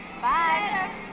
Bye